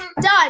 Done